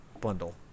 Bundle